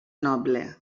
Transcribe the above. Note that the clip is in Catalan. noble